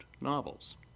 novels